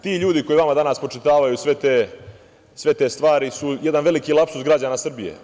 Ti ljudi koji vama danas spočitavaju sve te stvari su jedan veliki lapsus građana Srbije.